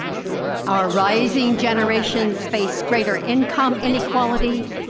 our rising generations face greater income inequality,